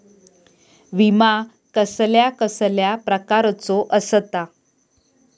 विमा कसल्या कसल्या प्रकारचो असता?